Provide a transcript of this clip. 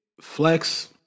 Flex